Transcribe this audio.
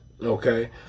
Okay